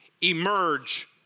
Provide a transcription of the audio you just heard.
emerge